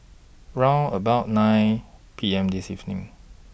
round about nine P M This evening